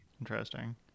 interesting